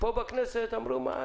פה בכנסת אמרו: מה,